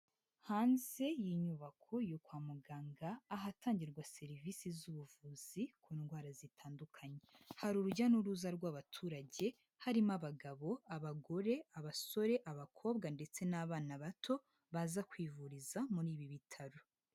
Hanze y'inyubako yo kwa muganga ahatangirwa serivisi z'ubuvuzi ku ndwara zitandukanye, hari urujya n'uruza rw'abaturage harimo abagabo, abagore, abasore, abakobwa ndetse n'abana bato baza kwivuriza muri ibi bitaro.